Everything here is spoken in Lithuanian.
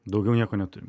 daugiau nieko neturim